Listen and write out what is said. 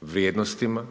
vrijednostima,